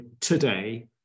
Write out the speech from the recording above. today